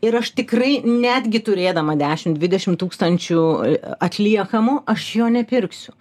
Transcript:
ir aš tikrai netgi turėdama dešimt dvidešim tūkstančių atliekamų aš jo nepirksiu